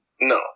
No